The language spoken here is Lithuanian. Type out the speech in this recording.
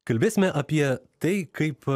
kalbėsime apie tai kaip